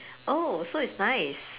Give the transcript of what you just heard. oh so it's nice